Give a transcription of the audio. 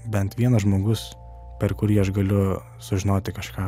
bent vienas žmogus per kurį aš galiu sužinoti kažką